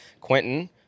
Quentin